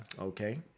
Okay